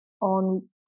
on